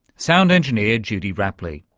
sound engineer judy rapley.